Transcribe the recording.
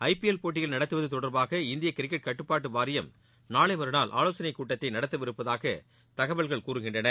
IPL போட்டிகள் நடத்தவது தொடர்பாக இந்திய கிரிக்கெட் கட்டுப்பாட்டு வாரியம் நாளை மறுநாள் ஆலோசனைக் கூட்டத்தை நடத்தவிருப்பதாக தகவல்கள் கூறுகின்றன